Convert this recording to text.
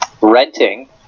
Renting